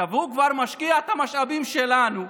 הוא כבר משקיע את המשאבים שלנו,